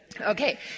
Okay